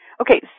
Okay